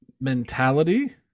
mentality